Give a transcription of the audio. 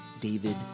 David